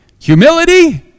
humility